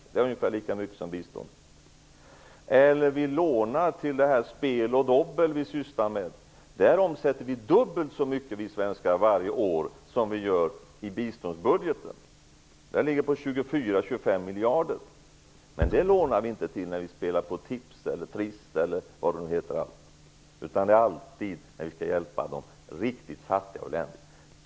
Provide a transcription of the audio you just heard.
Den kostar ungefär lika mycket som biståndet. Vi kan också säga att vi lånar till det spel och dobbel vi sysslar med. Där omsätter vi svenskar dubbelt så mycket varje år jämfört med biståndsbudgeten. Den omsättningen ligger på 24-- 25 miljarder. Men när vi spelar på tips eller triss lånar vi inte. Det är alltid när vi skall hjälpa de riktigt fattiga och eländiga som vi lånar.